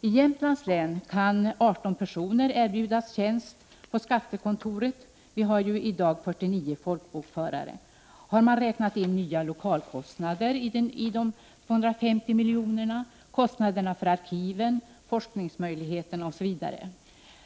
I Jämtlands län kan 18 personer erbjudas tjänst på skattekontoret. Vi har i dag 49 folkbokförare. Har man i de 250 miljonerna räknat in nya lokalkostnader, kostnader för arkiven, forskningsmöjligheterna osv.?